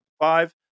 five